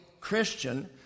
Christian